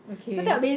okay